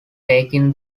taking